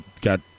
got